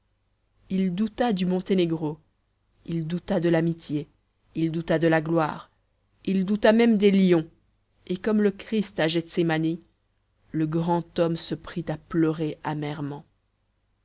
il douta du monténégro il douta de l'amitié il douta de la gloire il douta même des lions et comme le christ à gethsémani le grand homme se prit à pleurer amèrement